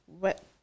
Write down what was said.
Wet